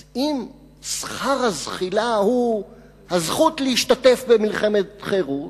אז אם שכר הזחילה הוא הזכות להשתתף במלחמת חירות,